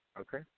okay